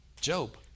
Job